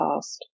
past